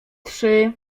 trzy